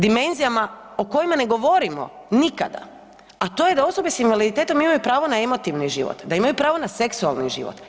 Dimenzijama o kojima ne govorimo nikada, a to je da osobe s invaliditetom imaju pravo na emotivni život, da imaju pravo na seksualni život.